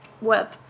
web